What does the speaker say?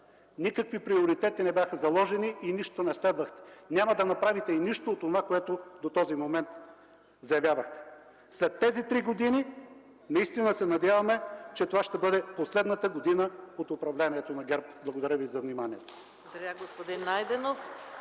Никакви приоритети не бяха заложени и нищо не следвахте. Няма да направите нищо от онова, което до този момент заявявахте. След тези три години наистина се надяваме, че това ще бъде последната година от управлението на ГЕРБ. Благодаря Ви за вниманието.